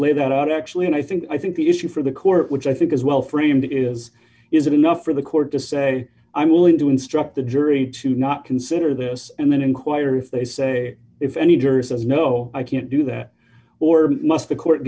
that out actually and i think i think the issue for the court which i think is well framed is is it enough for the court to say i'm willing to instruct the jury to not consider this and then inquire if they say if any jury says no i can't do that or must the court